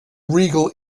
regal